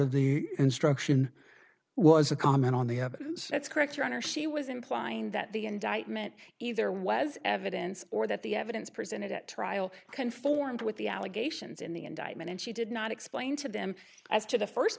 of the instruction was a comment on the other that's correct your honor she was implying that the indictment either was evidence or that the evidence presented at trial conformed with the allegations in the indictment and she did not explain to them as to the first